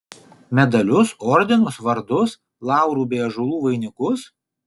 medalius ordinus vardus laurų bei ąžuolų vainikus